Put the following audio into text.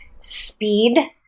speed